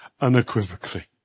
unequivocally